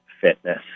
fitness